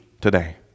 today